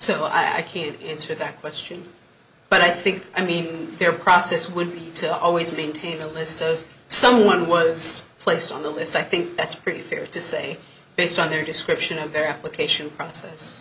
so i can't answer that question but i think i mean their process would be to always maintain a list of someone was placed on the list i think that's pretty fair to say based on their description of verification process